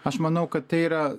aš manau kad tai yra